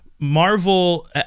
Marvel